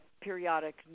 periodic